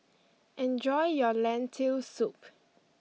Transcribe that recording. enjoy your Lentil soup